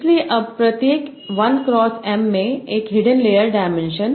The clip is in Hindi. इसलिए अब प्रत्येक 1 क्रॉस M में एक हिडन लेयर डायमेंशन